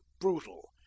brutal